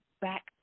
back